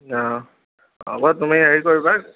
অঁ হ'ব তুমি হেৰি কৰিবা